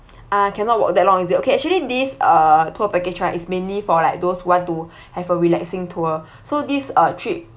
uh cannot walk that long is it okay actually this uh tour package right is mainly for like those who want to have a relaxing tour so this uh trip